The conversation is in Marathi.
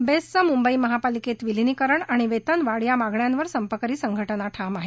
बेस्टचं मुंबई महापालिकेत विलीनीकरण आणि वेतनवाढ या मागण्यांवर संपकरी संघटना ठाम आहेत